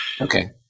Okay